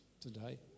today